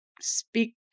speak